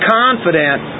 confident